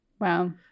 Wow